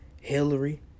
Hillary